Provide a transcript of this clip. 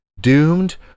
doomed